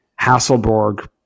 Hasselborg